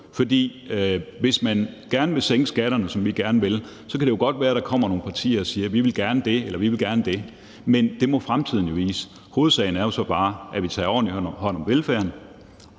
hvis man gerne vil sænke skatterne, som vi gerne vil, kan det jo godt være, at der kommer nogle partier og siger: Vi vil gerne det, eller vi vil gerne det. Men det må fremtiden jo vise. Hovedsagen er så bare, at vi tager ordentligt hånd om velfærden,